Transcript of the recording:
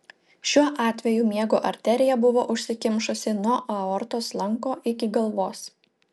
šiuo atveju miego arterija buvo užsikimšusi nuo aortos lanko iki galvos